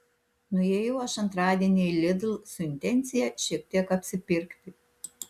nuėjau aš antradienį į lidl su intencija šiek tiek apsipirkti